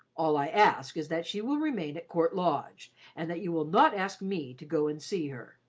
all i ask is that she will remain at court lodge and that you will not ask me to go and see her,